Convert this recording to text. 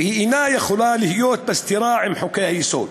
והיא אינה יכולה להיות בסתירה לחוקי-היסוד.